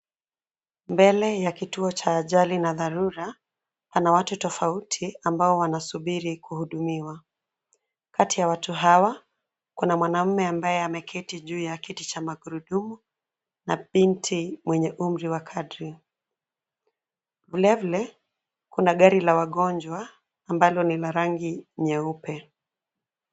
Mbele ya kituo cha ajali na dharura, pana watu tofauti ambao wanasubiri kuhudumiwa. Kati ya watu hawa, kuna mwanamume ambaye ameketi juu ya kiti cha magurudumu na binti mwenye umri wa kadri. Vile vile, kuna gari la wagonjwa ambalo ni la rangi nyeupe.